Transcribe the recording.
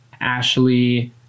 Ashley